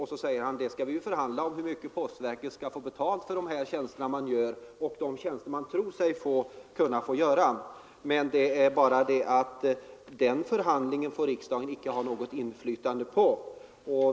Han säger att man skall förhandla om hur mycket postverket skall få betalt för de tjänster verket gör och tror sig om att kunna få göra. Det är bara det att riksdagen inte får ha något inflytande på den förhandlingen.